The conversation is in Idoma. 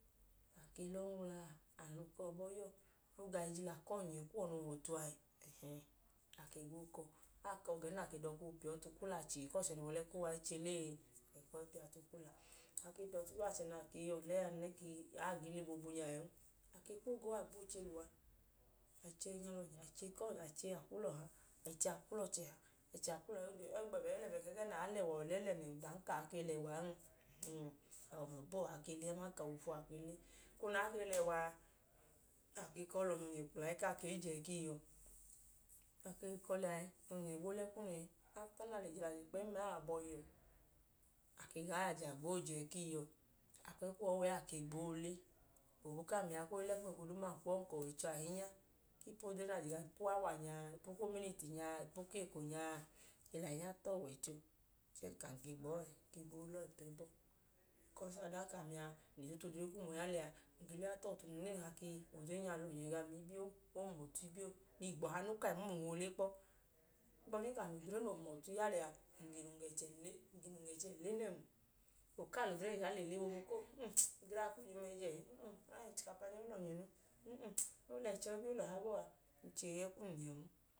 A ke lọọ nwla noo ga ẹjila ku ọnyẹ kuwọ noo huwọ ọtu ẹẹ, a keg boo kọ. A kọ gẹn nẹ a ke dọka oopiya ọọ tu ukula che e, bikọs ọnyọọnyẹ lẹ ẹkuwa i che le e, a kwu ọọ i piya tu ukula. A ke tubla achẹ noo yọ ọlẹ a, ne ka aa gee le boobu nya ẹẹn, a ke kwu ogo u a ke gboo che lẹ uwa. A le che a kwuu lẹ ọchẹ a, a i che a kwuu lẹ ọha. O ẹgẹẹ nẹ aa lẹwa ọlẹ lẹ nẹẹn. Ọdanka aa ke lẹwan, awọ mla ọbuwọ aa ke le aman ka awọ ofuwọ a ke le. Eko nẹ aa ke lẹwa a, a ke i kọ lẹ ọnyọọnyẹ kpla ẹẹ ku a i je ẹku iyuwọ. A ke i kọ liya ẹẹ, nẹ ọnyọọnyẹ gboo le ẹku iyinu ẹẹ, afta nẹ a le je lẹ ọnyọọnyẹ kpẹẹm ẹẹ, awọ abọhiyuwọ a ke gaa yajẹ a ke gboo je ẹku iyuwọ. A kwu ẹkuwọ u ẹẹ a keg boo le. Gbọbu ẹẹ ku ami a koo le ẹkum eko duuma, ng ka ọwọicho ahinyaku odre na je gam ipu ku awa nya a, ipu ku uminiti nya a, ipu ku eko nya a. Ng ke lẹ ahinya ta ọwọicho, chẹẹ ng ka ng keg bọọ ẹẹ. Ng ke gboo le ọọ ipu ẹbọ. Bikọs ọdanka ami a, ng le eyi ta odre kum ya liya a, ng lọọ ya ta ọtu kum. Ng ka odre nya lọnyẹ gam ibiyoo, o hum ọtu ibiyoo, ohigbu igbọha noo ka i hum ọtu oole kpọ. Ohigbọdin ka ng lẹ odre noo hum ọtu ya liya, ng ga inu ng le che ng le nẹẹn. O kaa le odre ee ya le le boobu ka mm, odre a kwu jum ẹjẹ ẹẹ. Ochikapa a i lum ọnyẹn, o lẹ ẹchọ, o lẹ ọha bọọ a, ng chẹ ooya ẹkum liyan.